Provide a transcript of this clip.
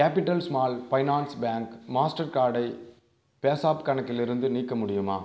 capital small finance bank master கார்டை பேஸாப் கணக்கிலிருந்து நீக்க முடியுமா